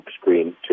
screen